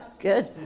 Good